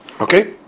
okay